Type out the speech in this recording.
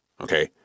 okay